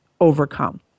overcome